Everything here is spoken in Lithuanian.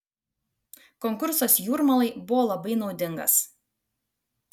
konkursas jūrmalai buvo labai naudingas